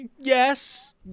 Yes